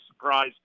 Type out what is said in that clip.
surprise